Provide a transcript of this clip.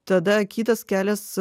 tada kitas kelias